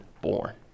born